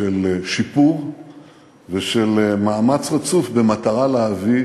של שיפור ושל מאמץ רצוף במטרה להביא